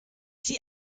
sehe